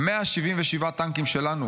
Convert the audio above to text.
177 טנקים שלנו